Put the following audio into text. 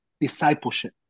discipleship